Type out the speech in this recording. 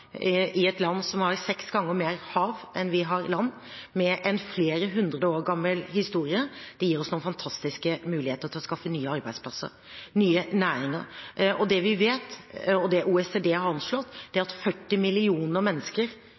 i et land som har seks ganger mer hav enn det har land, med en flere hundre år gammel historie, gir oss noen fantastiske muligheter til å skaffe nye arbeidsplasser, nye næringer. Det vi vet, og det OECD har anslått, er at 40 millioner mennesker